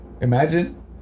Imagine